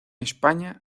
españa